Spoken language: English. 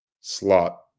slot